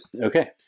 Okay